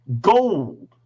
Gold